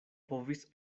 povis